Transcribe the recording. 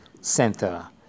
Center